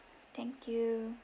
thank you